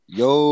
yo